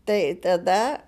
tai tada